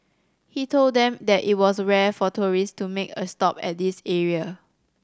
he told them that it was rare for tourists to make a stop at this area